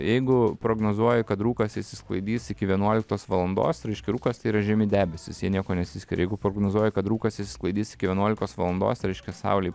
jeigu prognozuoji kad rūkas išsisklaidys iki vienuoliktos valandos raiškia rūkas tai yra žemi debesys jie niekuo nesiskiria jeigu prognozuoji kad rūkas išsisklaidys iki vienoulikos valandos reiškia saulei